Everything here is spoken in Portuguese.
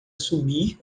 subir